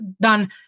Done